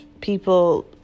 people